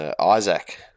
Isaac